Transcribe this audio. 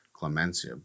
Clemencia